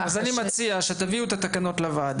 ככה ש- אז אני מציע שתביאו את התקנות לוועדה